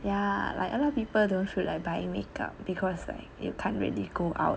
ya like a lot of people don't feel like buying makeup because like you can't really go out